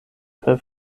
kaj